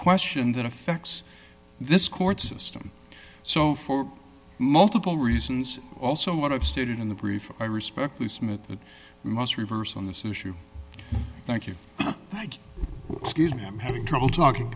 question that affects this court system so for multiple reasons also what i've stated in the brief i respectfully submit the most reverse on this issue thank you like excuse me i'm having trouble talking